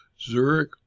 Zurich